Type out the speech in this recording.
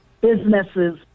businesses